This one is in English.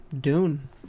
Dune